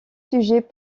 sujets